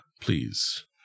please